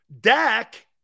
Dak